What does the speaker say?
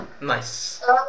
Nice